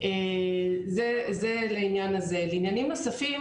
לעניינים נוספים,